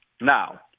Now